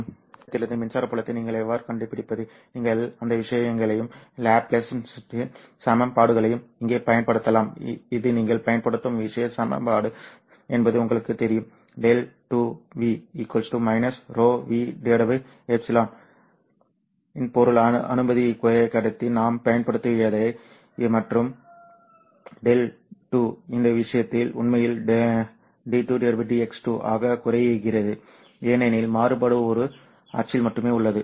charge அடர்த்தியிலிருந்து மின்சார புலத்தை நீங்கள் எவ்வாறு கண்டுபிடிப்பது நீங்கள் அந்த விஷங்களையும் லாப்லேஸின் சமன்பாடுகளையும் இங்கே பயன்படுத்தலாம் இது நீங்கள் பயன்படுத்தும் விஷ சமன்பாடு என்பது உங்களுக்குத் தெரியும் ∇ 2 v ρv ε ε இன் பொருள் அனுமதி குறைக்கடத்தி நாம் பயன்படுத்தியவை மற்றும் ∇ 2 இந்த விஷயத்தில் உண்மையில் d2 dx2 ஆக குறைகிறது ஏனெனில் மாறுபாடு ஒரு அச்சில் மட்டுமே உள்ளது